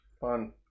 Fun